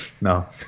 No